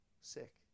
Sick